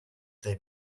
their